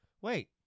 Wait